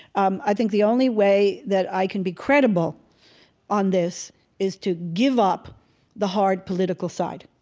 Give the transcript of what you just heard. um i think the only way that i can be creditable on this is to give up the hard political side.